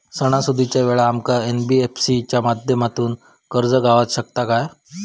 सणासुदीच्या वेळा आमका एन.बी.एफ.सी च्या माध्यमातून कर्ज गावात शकता काय?